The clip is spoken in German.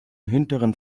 hinteren